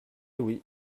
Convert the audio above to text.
oui